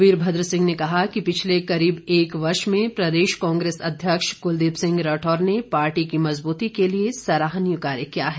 वीरभद्र सिंह ने कहा कि पिछले करीब एक वर्ष में प्रदेश कांग्रेस अध्यक्ष कुलदीप सिंह राठौर ने पार्टी की मजबूती के लिए सराहनीय कार्य किया है